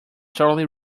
totally